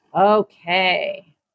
Okay